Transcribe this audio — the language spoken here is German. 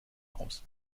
aus